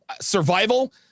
survival